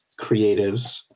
creatives